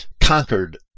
conquered